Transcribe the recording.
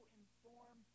inform